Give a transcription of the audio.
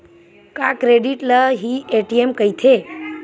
का क्रेडिट ल हि ए.टी.एम कहिथे?